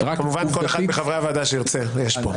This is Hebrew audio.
כמובן, כל אחד מחברי הוועדה שירצה, יש פה.